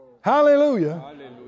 Hallelujah